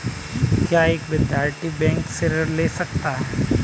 क्या एक विद्यार्थी बैंक से ऋण ले सकता है?